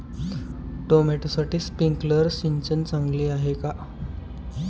टोमॅटोसाठी स्प्रिंकलर सिंचन चांगले आहे का?